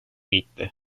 gitti